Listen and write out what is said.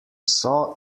saw